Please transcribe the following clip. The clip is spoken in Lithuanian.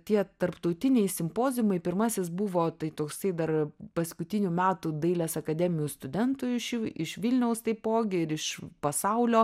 tie tarptautiniai simpoziumai pirmasis buvo tai toksai dar paskutinių metų dailės akademijų studentų iš iš vilniaus taipogi ir iš pasaulio